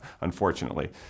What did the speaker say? unfortunately